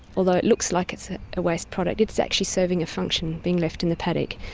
although it looks like it's a waste product, it's actually serving a function being left in the paddock.